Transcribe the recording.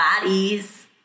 bodies